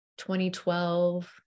2012